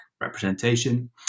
representation